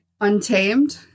Untamed